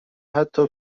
حتی